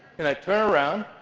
and i turn around.